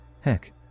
Heck